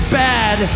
bad